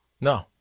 No